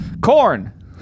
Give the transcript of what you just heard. Corn